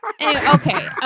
Okay